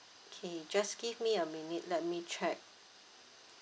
okay just give me a minute let me check